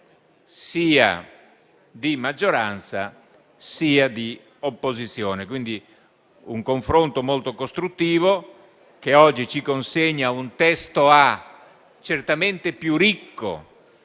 sia di maggioranza che di opposizione. C'è stato quindi un confronto molto costruttivo, che ci consegna un testo A certamente più ricco